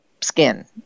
skin